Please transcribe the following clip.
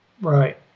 Right